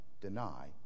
deny